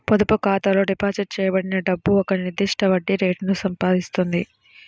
పొదుపు ఖాతాలో డిపాజిట్ చేయబడిన డబ్బు ఒక నిర్దిష్ట వడ్డీ రేటును సంపాదిస్తుంది